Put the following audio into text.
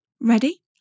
Ready